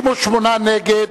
68 נגד,